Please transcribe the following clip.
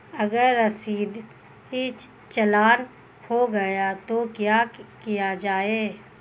अगर रसीदी चालान खो गया तो क्या किया जाए?